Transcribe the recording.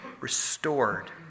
restored